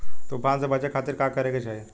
तूफान से बचे खातिर का करे के चाहीं?